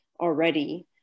already